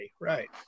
Right